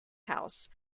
house